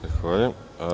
Zahvaljujem.